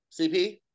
CP